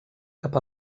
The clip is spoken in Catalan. cap